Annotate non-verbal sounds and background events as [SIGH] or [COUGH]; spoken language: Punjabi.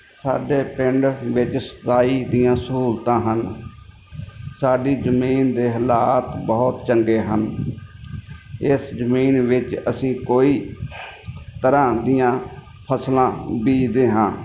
ਸਾਡੇ ਪਿੰਡ ਵਿੱਚ [UNINTELLIGIBLE] ਦੀਆਂ ਸਹੂਲਤਾਂ ਹਨ ਸਾਡੀ ਜ਼ਮੀਨ ਦੇ ਹਾਲਾਤ ਬਹੁਤ ਚੰਗੇ ਹਨ ਇਸ ਜ਼ਮੀਨ ਵਿੱਚ ਅਸੀਂ ਕਈ ਤਰ੍ਹਾਂ ਦੀਆਂ ਫਸਲਾਂ ਬੀਜਦੇ ਹਾਂ